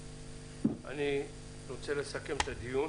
אני רוצה לסכם את הדיון.